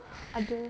ada